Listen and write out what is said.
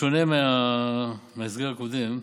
בשונה מהסגר הקודם,